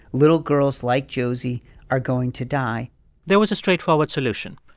little girls like josie are going to die there was a straightforward solution.